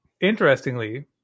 interestingly